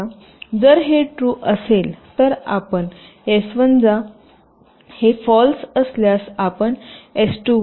जर हे ट्रू असेल तर आपण एस 1 वर जा हे फाँल्स असल्यास आपण एस 2 वर जा